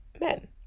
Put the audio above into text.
men